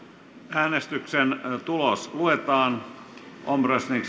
äänestyksen tulos luetaan omröstningsresultatet